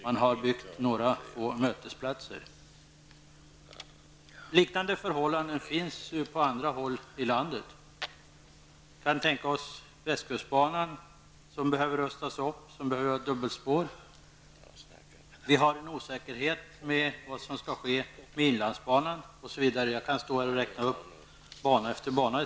Man har bara byggt några få mötesplatser. Liknande förhållanden kan konstateras på andra håll i landet. Västkustbanan t.ex. behöver rustas upp. Den behöver dubbelspår. Dessutom råder det osäkerhet om vad som skall ske med inlandsbanan osv. Jag skulle kunna räkna upp bana efter bana.